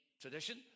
tradition